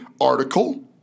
article